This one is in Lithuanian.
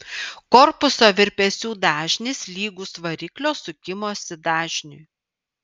korpuso virpesių dažnis lygus variklio sukimosi dažniui